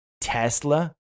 Tesla